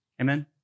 Amen